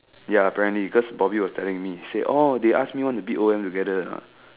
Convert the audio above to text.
ya apparently because Bobby was like telling me say oh they ask me want to bid O_M together or not